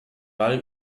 ball